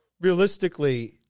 Realistically